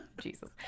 Jesus